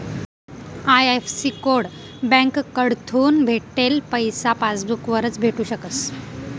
IFSC code बँककडथून भेटेल पैसा पासबूक वरच भेटू शकस